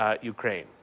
Ukraine